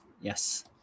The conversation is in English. yes